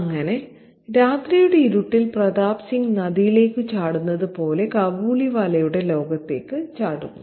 അങ്ങനെ രാത്രിയുടെ ഇരുട്ടിൽ പ്രതാപ് സിംഗ് നദിയിലേക്ക് ചാടുന്നത് പോലെ കാബൂളിവാലയുടെ ലോകത്തേക്ക് ചാടുന്നു